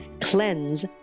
CLEANSE